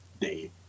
day